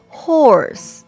horse